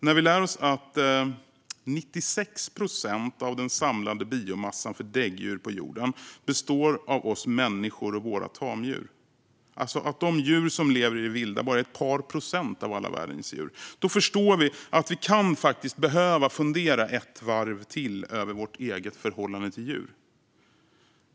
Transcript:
När vi lär oss att 96 procent av den samlade biomassan för däggdjur på jorden består av oss människor och våra tamdjur, alltså att de djur som lever i det vilda bara är ett par procent av alla världens djur, förstår vi att vi kan behöva fundera ett varv till över vårt förhållande till djur.